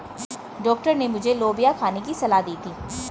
doctor ने मुझे लोबिया खाने की सलाह दी थी